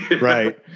Right